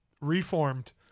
Reformed